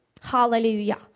Hallelujah